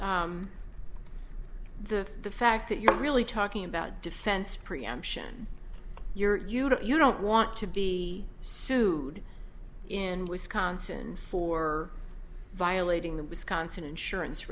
the the fact that you're really talking about defense preemption you're uta you don't want to be sued in wisconsin for violating the wisconsin insurance